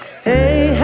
Hey